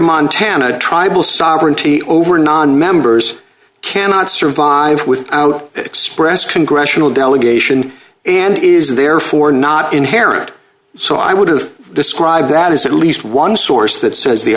montana tribal sovereignty over nonmembers cannot survive without express congressional delegation and is therefore not inherent so i would have described that as at least one source that says the